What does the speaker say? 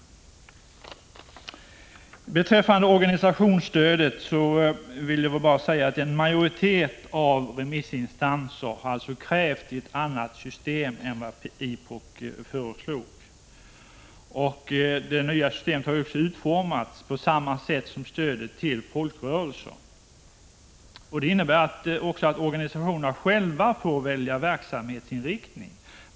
Beträffande organisationsstödet vill jag bara säga att en majoritet av remissinstanser har krävt ett annat system än IPOK föreslog. Det nya systemet har utformats på samma sätt som stödet till folkrörelserna. Det innebär att organisationerna själva får välja verksamhetsinriktning.